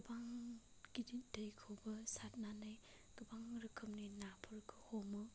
गोबां गिदिर दैखौबो सारनानै गोबां रोखोमनि नाफोरखौ हमो